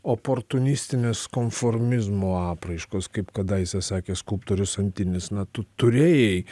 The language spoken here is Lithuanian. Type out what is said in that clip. oportunistinės konformizmo apraiškos kaip kadaise sakė skulptorius antinis na tu turėjai